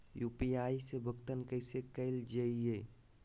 UPI से भुगतान कैसे कैल जहै?